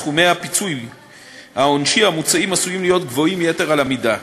סכומי הפיצוי העונשי המוצעים עשויים להיות גבוהים יתר על המידה.